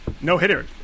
No-hitter